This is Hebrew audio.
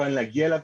שמסוכן להגיע אליו,